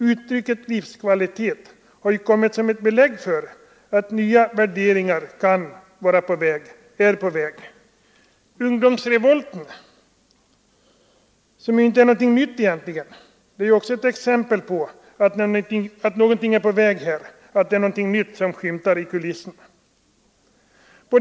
Uttrycket ”livskvalitet” har kommit som ett belägg för att nya värderingar är på väg. Ungdomsrevolten, som egentligen inte är någonting nytt, är också ett exempel på att någonting är på väg, att det är någonting som skymtar i kulisserna.